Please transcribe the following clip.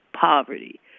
poverty